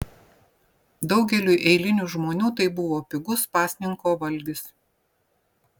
daugeliui eilinių žmonių tai buvo pigus pasninko valgis